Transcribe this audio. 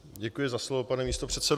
Děkuji za slovo, pane místopředsedo.